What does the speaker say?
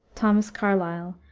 thomas carlyle,